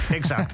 exact